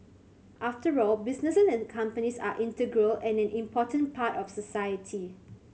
after all businesses and companies are integral and an important part of society